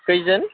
खैजोन